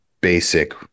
basic